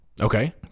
Okay